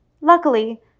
Luckily